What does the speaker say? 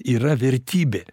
yra vertybė